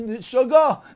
sugar